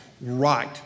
right